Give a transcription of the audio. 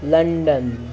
London